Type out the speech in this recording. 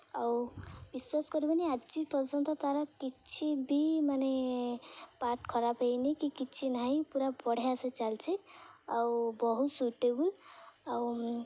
ଆଉ ବିଶ୍ୱାସ କରିବନି ଆଜି ପର୍ଯ୍ୟନ୍ତ ତା'ର କିଛି ବି ମାନେ ପାର୍ଟ୍ ଖରାପ ହୋଇନି କି କିଛି ନାହିଁ ପୁରା ବଢ଼ିଆସେ ଚାଲିଛି ଆଉ ବହୁତ ସୁଇଟେବୁଲ୍ ଆଉ